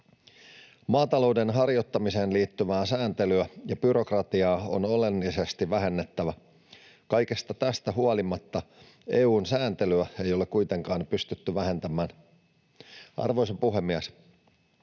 Maatalouden harjoittamiseen liittyvää sääntelyä ja byrokratiaa on oleellisesti vähennettävä. Kaikesta tästä huolimatta EU:n sääntelyä ei ole kuitenkaan pystytty vähentämään. Arvoisa puhemies!